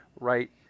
right